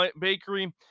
bakery